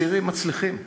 צעירים מצליחים.